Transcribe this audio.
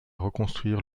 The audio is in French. reconstruire